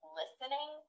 listening